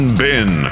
bin